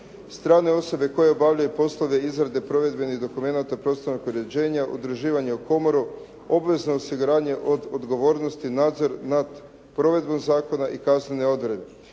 Strane osobe koje obavljaju poslove izrade provedbenih dokumenata prostornog uređenja, udruživanje u komoru, obvezno osiguranje od odgovornosti, nadzor nad provedbom zakona i kasnije odredbe.